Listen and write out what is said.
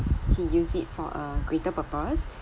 he use it for a greater purpose